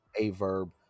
Averb